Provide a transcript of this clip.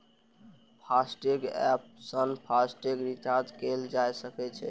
FASTag app सं FASTag recharge कैल जा सकै छै